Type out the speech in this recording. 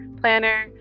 planner